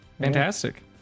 Fantastic